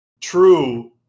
true